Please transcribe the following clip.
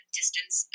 distance